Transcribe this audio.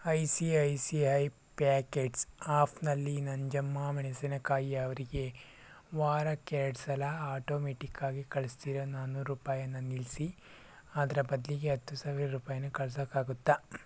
I C I C I packets ಆಫ್ನಲ್ಲಿ ನಂಜಮ್ಮ ಮೆಣಸಿನಕಾಯಿ ಅವರಿಗೆ ವಾರಕ್ಕೆರಡ್ಸಲ ಆಟೋಮೆಟ್ಟಿಕ್ಕಾಗಿ ಕಳ್ಸ್ತಿರೋ ನಾನ್ನೂರು ರೂಪಾಯಿಯನ್ನ ನಿಲ್ಲಿಸಿ ಅದರ ಬದಲಿಗೆ ಹತ್ತು ಸಾವಿರ ರೂಪಾಯಿನ ಕಳ್ಸೋಕ್ಕಾಗುತ್ತ